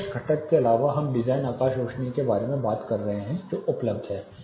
प्रत्यक्ष घटक के अलावा हम डिजाइन आकाश रोशनी के बारे में बात कर रहे हैं जो उपलब्ध है